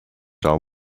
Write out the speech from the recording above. are